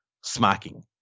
smacking